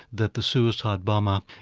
that the suicide bomber,